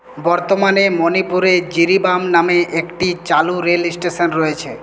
বর্তমানে মণিপুরে জিরিবাম নামে একটি চালু রেল স্টেশন রয়েছে